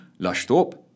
Lushthorpe